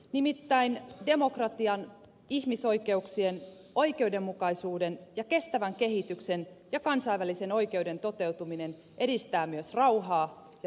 nimittäin demokratian ihmisoikeuksien oikeudenmukaisuuden kestävän kehityksen ja kansainvälisen oikeuden toteutuminen edistää myös rauhaa ja turvallisuutta maailmassa